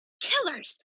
killers